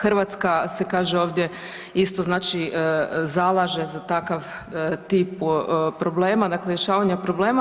Hrvatska se kaže ovdje isto znači zalaže za takav tip problema, dakle rješavanja problema.